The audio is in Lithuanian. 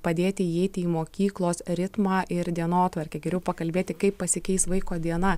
padėti įeiti į mokyklos ritmą ir dienotvarkę geriau pakalbėti kaip pasikeis vaiko diena